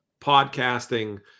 podcasting